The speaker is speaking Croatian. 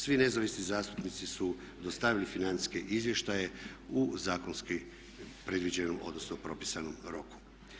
Svi nezavisni zastupnici su dostavili financijske izvještaje u zakonski predviđenom odnosno propisanom roku.